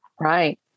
Right